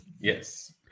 Yes